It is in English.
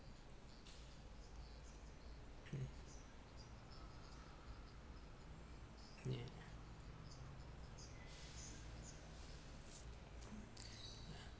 hmm ya